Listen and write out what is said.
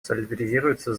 солидаризируется